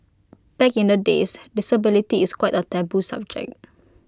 back in the days disability is quite A taboo subject